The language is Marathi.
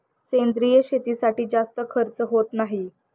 सेंद्रिय शेतीसाठी जास्त खर्च होत नाही